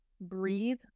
breathe